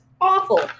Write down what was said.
awful